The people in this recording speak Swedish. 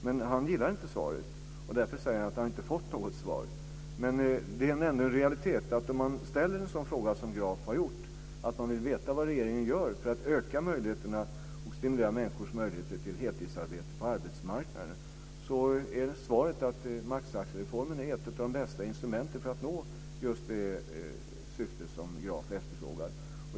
Men han gillar inte svaret, och därför säger han att inte har fått något svar. Det är ändå en realitet att om man ställer en sådan fråga som Graf har ställt, att man vill veta vad regeringen gör för öka möjligheterna till heltidsarbete på arbetsmarknaden, är svaret att maxtaxereformen är ett av de bästa instrumenten för att nå just det syfte som Graf efterfrågar.